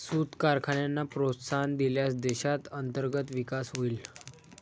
सूत कारखान्यांना प्रोत्साहन दिल्यास देशात अंतर्गत विकास होईल